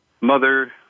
mother